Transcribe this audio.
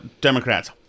Democrats